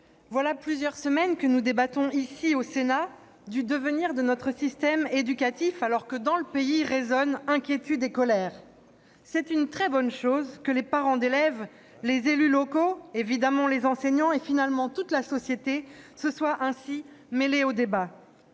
voilà plusieurs semaines que nous débattons, ici, au Sénat, du devenir de notre système éducatif, alors que dans le pays résonnent inquiétudes et colère. C'est une très bonne chose que les parents d'élèves, les élus locaux, évidemment les enseignants, et, finalement, toute la société se soient ainsi mêlés du débat.